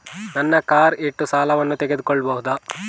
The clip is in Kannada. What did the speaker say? ನನ್ನ ಕಾರ್ ಇಟ್ಟು ಸಾಲವನ್ನು ತಗೋಳ್ಬಹುದಾ?